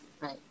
Right